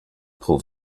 pro